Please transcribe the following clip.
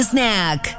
Snack